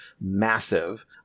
massive